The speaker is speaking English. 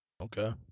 Okay